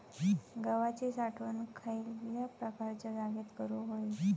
गव्हाची साठवण खयल्या प्रकारच्या जागेत करू होई?